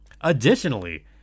Additionally